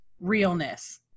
realness